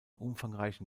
umfangreichen